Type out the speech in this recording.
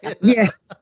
Yes